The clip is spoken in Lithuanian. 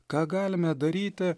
ką galime daryti